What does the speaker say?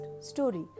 story